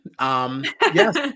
Yes